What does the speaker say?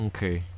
Okay